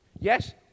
Yes